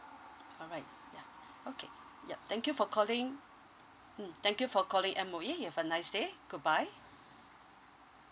alright ya okay yup thank you for calling mm thank you for calling M_O_E you have a nice day good bye